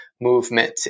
movement